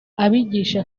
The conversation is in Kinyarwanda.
abigisha